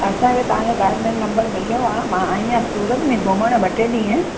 असांखे तव्हांजो guide line number मिलियो आहे मां आई आहियां सूरत में घुमणु ॿ टे ॾींहं